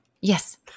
yes